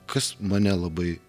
kas mane labai